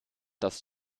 das